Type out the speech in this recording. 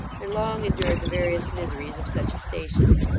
and long endured the various miseries of such a station.